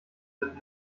wird